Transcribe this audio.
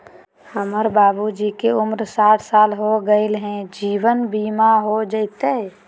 हमर बाबूजी के उमर साठ साल हो गैलई ह, जीवन बीमा हो जैतई?